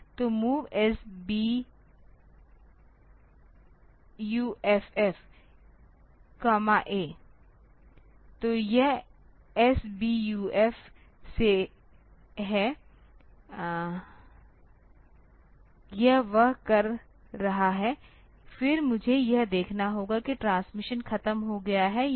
तो MOV SBUFF A तो यह SBUFF से है यह वह कर रहा है फिर मुझे यह देखना होगा कि ट्रांसमिशन खत्म हो गया है या नहीं